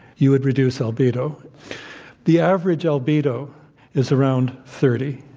you would reduce albedo the average albedo is around thirty